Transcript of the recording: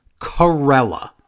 Corella